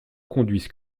conduisent